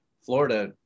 Florida